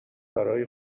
برای